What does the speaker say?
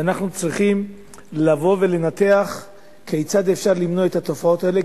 ואנחנו צריכים לנתח כיצד אפשר למנוע את התופעות האלה,